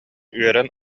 үөрэн